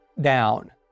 down